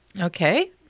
Okay